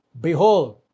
Behold